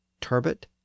turbot